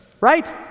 right